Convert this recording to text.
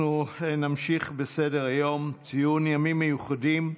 אנחנו נמשיך בסדר-היום, ציון ימים מיוחדים: